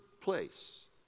place